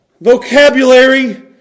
vocabulary